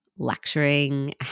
lecturing